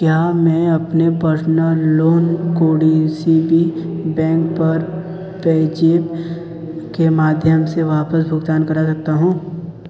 क्या मैं अपने पर्सनल लोन को डी सी बी बैंक पर पेज़ैप के माध्यम से वापस भुगतान कर सकता हूँ